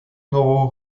нового